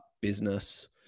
business